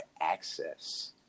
access